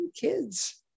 kids